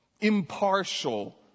impartial